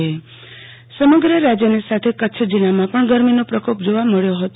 આરતી ભટ હવમાન સમગ્ર રાજયની સાથે કરછ જિલ્લામાં પણ ગરમીનો પ્રકોપ જોવા મળ્યો હતો